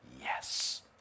yes